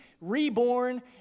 reborn